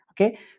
Okay